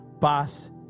paz